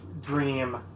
dream